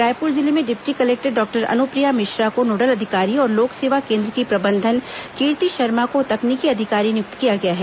रायपुर जिले में deputy collector doctor Anupriya Mishra को नोडल अधिकारी और लोक सेवा केन्द्र की प्रबंधन कीर्ति शर्मा को तकनीकी अधिकारी नियुक्त किया गया है